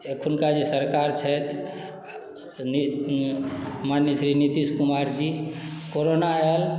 एखुनका जे सरकार छथि माननीय श्री नितीश कुमार जी कोरोना आयल